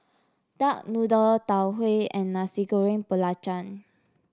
Duck Noodle Tau Huay and Nasi Goreng Belacan